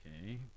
Okay